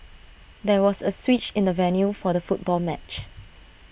there was A switch in the venue for the football match